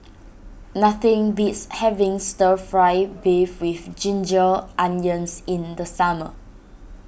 nothing beats having Stir Fry Beef with Ginger Onions in the summer